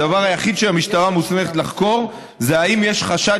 הדבר היחיד שהמשטרה מוסמכת לחקור זה אם יש חשד